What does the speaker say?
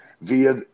via